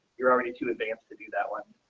you're already to advance to do that one.